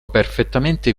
perfettamente